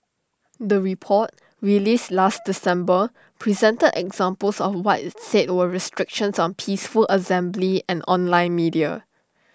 the report released last December presented examples of what IT said were restrictions on peaceful assembly and online media